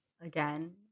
again